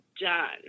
done